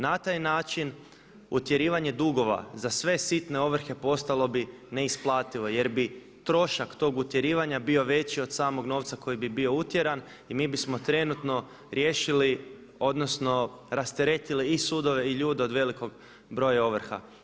Na taj način utjerivanje dugova za sve sitne ovrhe postalo bi neisplativo jer bi trošak tog utjerivanja bio veći od samog novca koji bi bio utjeran i mi bismo trenutno riješili odnosno rasteretili i sudove i ljude od velikog broja ovrha.